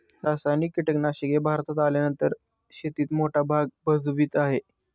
रासायनिक कीटनाशके भारतात आल्यानंतर शेतीत मोठा भाग भजवीत आहे